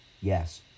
Yes